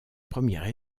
première